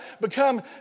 become